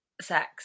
sex